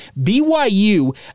BYU